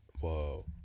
Whoa